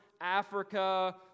africa